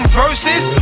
verses